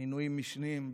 מינויים משניים במקביל,